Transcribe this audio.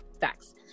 facts